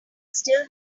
still